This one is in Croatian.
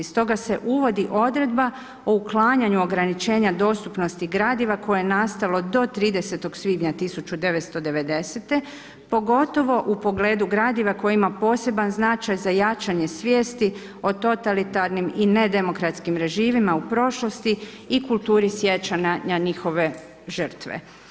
Stoga se uvodi odredba o uklanjanju ograničenja dostupnosti gradiva koje je nastalo do 30. svibnja 1990. pogotovo u pogledu gradiva koji ima poseban značaj za jačanje svijesti o totalitarnim i ne demokratskim režimima u prošlosti i kulturi sjećanja na njihove žrtve.